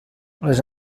les